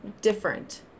different